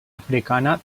africana